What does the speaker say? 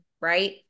right